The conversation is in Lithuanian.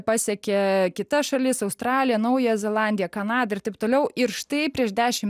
pasiekė kitas šalis australiją naują zelandiją kanadą ir taip toliau ir štai prieš dešim